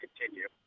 continue